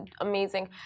amazing